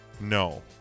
No